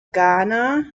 ghana